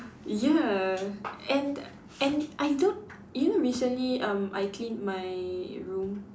ya and and I don't you know recently um I cleaned my room